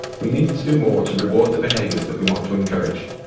we need to do more to reward the behaviours that we want to encourage.